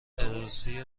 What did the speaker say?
تروریستی